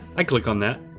i'd click on that.